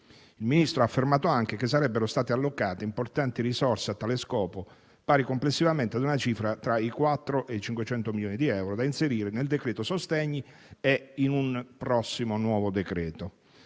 Il Ministro ha affermato anche che sarebbero stati allocate importanti risorse a tale scopo, pari complessivamente a una cifra tra i 400 e i 500 milioni di euro, da inserire nel decreto-legge sostegni e in un prossimo nuovo decreto.